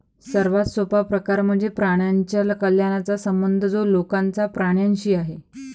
सर्वात सोपा प्रकार म्हणजे प्राण्यांच्या कल्याणाचा संबंध जो लोकांचा प्राण्यांशी आहे